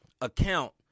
account